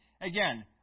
Again